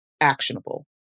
actionable